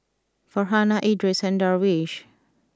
Farhanah Idris and Darwish